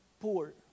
poor